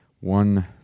one